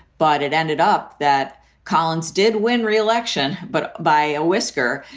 but it ended up that collins did win re-election. but by a whisker,